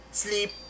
sleep